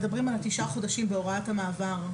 מדברים על תשעת החודשים בהוראת המעבר,